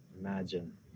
Imagine